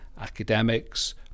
academics